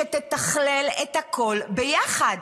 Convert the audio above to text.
שתתכלל את הכול ביחד.